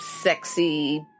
sexy